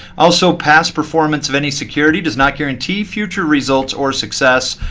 also, past performance of any security does not guarantee future results or success.